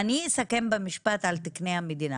אני אסכם במשפט על תקני המדינה,